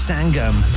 Sangam